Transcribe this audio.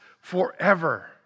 forever